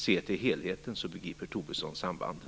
Se till helheten, så begriper Tobisson sambanden!